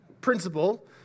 principle